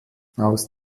aus